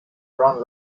run